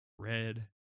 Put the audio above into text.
Red